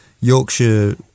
Yorkshire